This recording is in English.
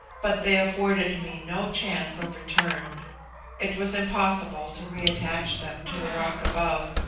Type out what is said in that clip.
but they afforded me no chance of return it was impossible to re-attach them to the rock above,